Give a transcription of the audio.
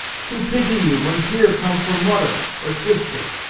who pity you, when tear come for moder, or sister?